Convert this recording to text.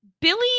Billy